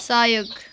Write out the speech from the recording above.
सहयोग